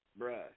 bruh